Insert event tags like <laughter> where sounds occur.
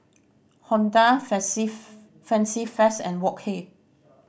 Honda <unintelligible> Fancy Feast and Wok Hey